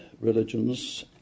religions